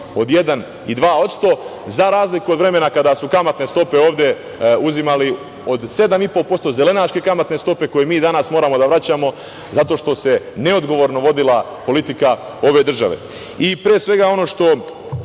od 1% i 2%, za razliku od vremena kada su kamatne stope ovde uzimali od 7,5% , zelenaške kamatne stope koje mi danas moramo da vraćamo zato što se neodgovorno vodila politika ove države.I pre svega, ono što